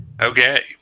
Okay